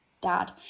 Dad